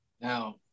Now